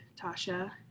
Tasha